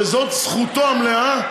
וזאת זכותו המלאה,